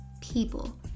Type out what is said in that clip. people